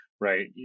right